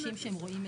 שלום לכולם,